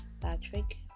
patrick